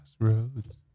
Crossroads